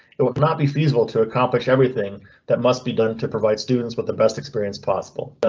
it would not be feasible to accomplish everything that must be done to provide students with the best experience possible. but